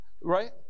right